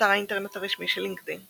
אתר האינטרנט הרשמי של LinkedIn LinkedIn,